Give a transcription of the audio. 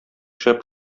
шәп